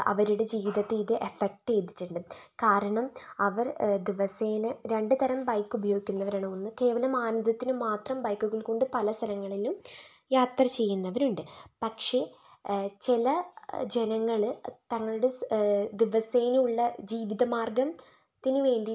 അവരുടെ ജീവിതത്തെ ഇത് അഫക്ട് ചെയ്തിട്ടുണ്ട് കാരണം അവർ ദിവസേന രണ്ടു തരം ബൈക്ക് ഉപയോഗിക്കുന്നവരാണ് ഒന്ന് കേവലം ആനന്ദത്തിനു മാത്രം ബൈക്കുകൾ കൊണ്ടു പല സ്ഥലങ്ങളിലും യാത്ര ചെയ്യുന്നവരുണ്ട് പക്ഷേ ചില ജനങ്ങള് തങ്ങളുടെ ദിവസേന ഉള്ള ജീവിത മാർഗ്ഗത്തിന് വേണ്ടീട്ട്